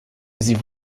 sie